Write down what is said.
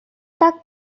তাক